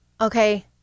Okay